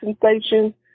sensation